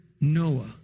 Noah